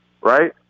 right